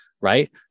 right